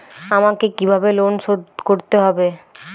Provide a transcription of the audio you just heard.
আমাকে কিভাবে লোন শোধ করতে হবে?